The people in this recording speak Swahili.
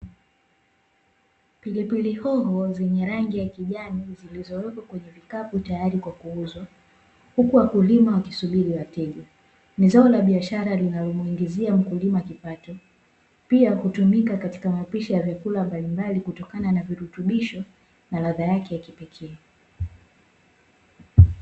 Pilipili hoho zenye rangi ya kijani zilizowekwa kwenye kikapu tayari kwa kuuzwa huku wakulima wakisubiri wateja, ni zao la biashara linalomwingizia mkulima kipato, pia hutumika katika mapishi ya vyakula mbalimbali kutokana na virutubisho na radha yake ya kipekee.